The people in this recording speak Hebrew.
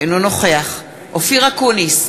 אינו נוכח אופיר אקוניס,